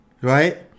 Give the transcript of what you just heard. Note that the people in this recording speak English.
right